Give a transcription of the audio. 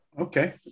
Okay